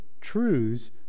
truths